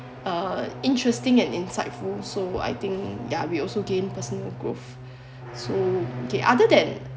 uh interesting and insightful so I think ya we also gain personal growth so okay other than